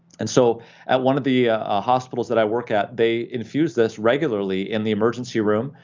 and so at one of the hospitals that i work at they infuse this regularly in the emergency room,